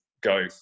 go